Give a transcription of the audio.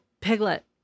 piglet